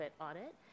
audit